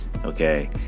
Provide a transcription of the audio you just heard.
Okay